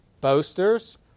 boasters